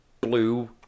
blue